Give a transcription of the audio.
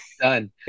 done